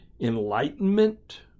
Enlightenment